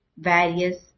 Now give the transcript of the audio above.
various